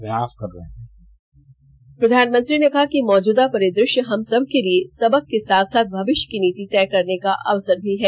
प्रधानमंत्री ने कहा कि मौजुदा परिदृश्य हम सब के लिए सबक के साथ साथ भविष्य की नीति तय करने का अवसर भी है